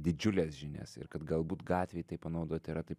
didžiules žinias ir kad galbūt gatvėj tai panaudot yra taip